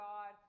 God